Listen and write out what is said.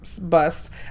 Bust